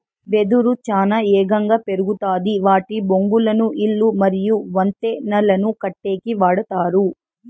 వెదురు చానా ఏగంగా పెరుగుతాది వాటి బొంగులను ఇల్లు మరియు వంతెనలను కట్టేకి వాడతారు